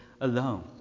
alone